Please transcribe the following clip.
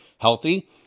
healthy